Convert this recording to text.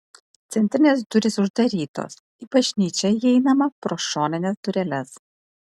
centrinės durys uždarytos į bažnyčią įeinama pro šonines dureles